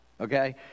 Okay